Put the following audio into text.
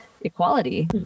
equality